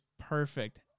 perfect